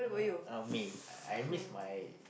uh me I miss my